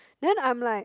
then I'm like